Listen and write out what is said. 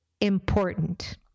important